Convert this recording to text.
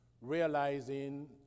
realizing